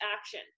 action